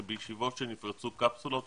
שבישיבות שנפרצו קפסולות,